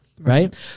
right